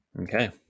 Okay